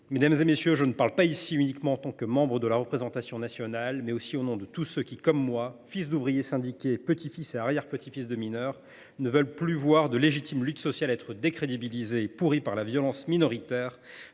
Mes chers collègues, je parle ici non pas uniquement en tant que membre de la représentation nationale, mais aussi au nom de tous ceux qui comme moi, fils d’ouvrier syndiqué, petit fils et arrière petit fils de mineur, ne veulent plus voir des luttes sociales légitimes décrédibilisées et pourries par la violence minoritaire